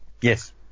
Yes